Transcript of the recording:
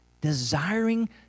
desiring